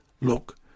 Look